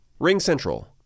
RingCentral